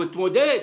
אבל להתמודד.